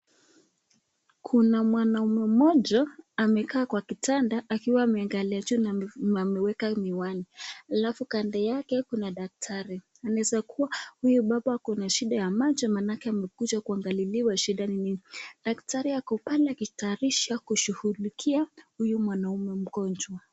Kuna mwanaume mmoja amekaa kwa kitanda akiwa ameangalia juu na ameweka miwani. Halafu kando yake kuna daktari. Inaweza kuwa huyu baba ako na shida ya macho maanake amekuja kuangaliwa shida ni nini. Daktari ako pale akitayarisha kushughulikia huyu mwanamume mgonjwa.